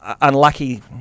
unlucky